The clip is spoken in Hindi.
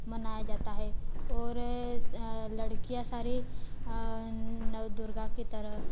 मनाया जाता है और लडकियाँ सारी नवदुर्गा की तरह